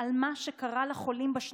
למה לא העברת?